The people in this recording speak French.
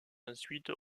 ensuite